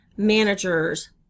Managers